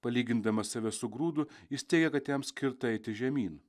palygindamas save su grūdu jis teigia kad jam skirta eiti žemyn